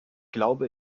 glaube